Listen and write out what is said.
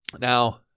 Now